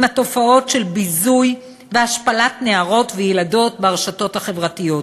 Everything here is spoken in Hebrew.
עם התופעות של ביזוי והשפלה של נערות וילדות ברשתות החברתיות,